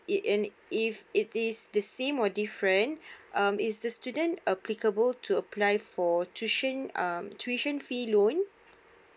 if it is the same or different um is the student applicable to apply for tuition um tuition fee loan